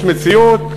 יש מציאות.